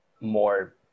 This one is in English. more